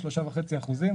שלושה וחצי אחוזים,